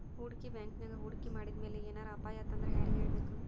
ಹೂಡ್ಕಿ ಬ್ಯಾಂಕಿನ್ಯಾಗ್ ಹೂಡ್ಕಿ ಮಾಡಿದ್ಮ್ಯಾಲೆ ಏನರ ಅಪಾಯಾತಂದ್ರ ಯಾರಿಗ್ ಹೇಳ್ಬೇಕ್?